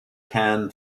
can